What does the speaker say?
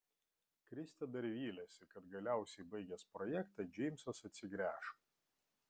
kristė dar vylėsi kad galiausiai baigęs projektą džeimsas atsigręš